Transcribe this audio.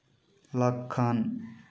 ᱞᱚᱠᱠᱷᱚᱱ